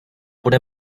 bude